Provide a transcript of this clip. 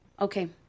Okay